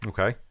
Okay